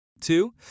Two